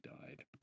died